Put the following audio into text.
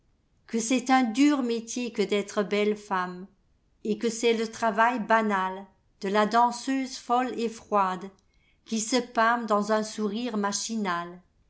que c'est un dur métier que d'être belle femme et que c'est le travail banalde la danseuse folle et froide qui se pâme dans un sourire machinal